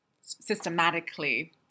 systematically